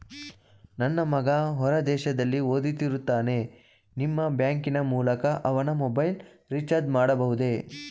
ನನ್ನ ಮಗ ಹೊರ ದೇಶದಲ್ಲಿ ಓದುತ್ತಿರುತ್ತಾನೆ ನಿಮ್ಮ ಬ್ಯಾಂಕಿನ ಮೂಲಕ ಅವನ ಮೊಬೈಲ್ ರಿಚಾರ್ಜ್ ಮಾಡಬಹುದೇ?